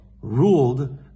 ruled